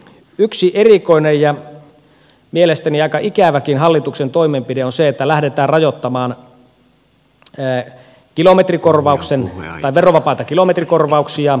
yksi erikoinen ja mielestäni aika ikäväkin hallituksen toimenpide on se että lähdetään rajoittamaan verovapaita kilometrikorvauksia